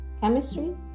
chemistry